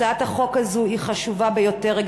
הצעת החוק הזאת חשובה ביותר.